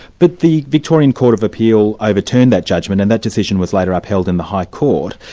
but the victorian court of appeal overturned that judgment, and that decision was later upheld in the high court.